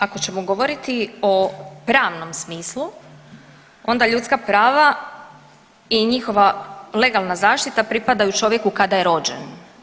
Ako ćemo govoriti o pravnom smislu, onda ljudska prava i njihova legalna zaštita pripadaju čovjeku kada je rođen.